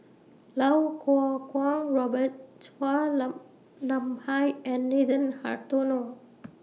Lau Kuo Kwong Robert Chua Lam Nam Hai and Nathan Hartono